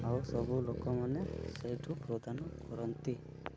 ଆଉ ସବୁ ଲୋକମାନେ ସେଇଠୁ ପ୍ରଦାନ କରନ୍ତି